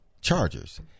Chargers